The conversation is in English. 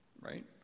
Right